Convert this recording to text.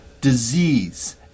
disease